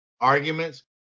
Arguments